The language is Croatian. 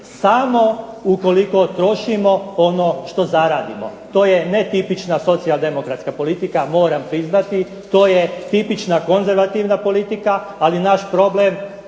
samo ukoliko trošimo ono što zaradimo, to je netipična socijaldemokratska politika, moram priznati, to je tipična konzervativna politika, ali naš problem